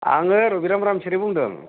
आङो रबिराम रामसियारि बुंदों